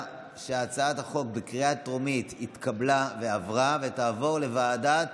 שהצעת החוק בקריאה טרומית התקבלה ועברה ותעבור לוועדה